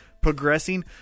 progressing